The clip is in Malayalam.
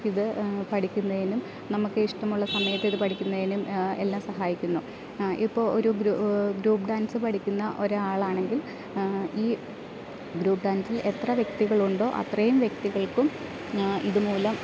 ഇത് പഠിക്കുന്നതിനും നമുക്ക് ഇഷ്ടമുള്ള സമയത്ത് ഇത് പഠിക്കുന്നതിനും എല്ലാം സഹായിക്കുന്നു ഇപ്പോൾ ഒരു ഗ്രൂ ഗ്രൂപ്പ് ഡാൻസ് പഠിക്കുന്ന ഒരാൾ ആണെങ്കിൽ ഈ ഗ്രൂപ്പ് ഡാൻസിൽ എത്ര വ്യക്തികളുണ്ടോ അത്രയും വ്യക്തികൾക്കും ഇത് മൂലം